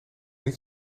niet